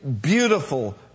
beautiful